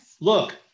Look